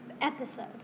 episode